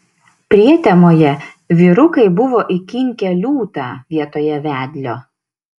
prietemoje vyrukai buvo įkinkę liūtą vietoje vedlio